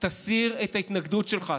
תסיר את ההתנגדות שלך.